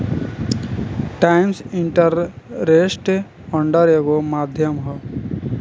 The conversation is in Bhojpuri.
टाइम्स इंटरेस्ट अर्न्ड एगो माध्यम ह